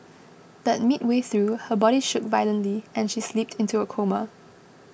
but midway through her body shook violently and she slipped into a coma